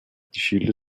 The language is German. schilde